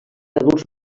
adults